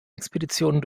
expeditionen